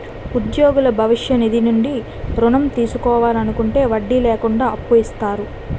ఉద్యోగులు భవిష్య నిధి నుంచి ఋణం తీసుకోవాలనుకుంటే వడ్డీ లేకుండా అప్పు ఇస్తారు